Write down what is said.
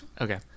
Okay